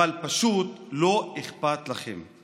אבל פשוט לא אכפת לכם.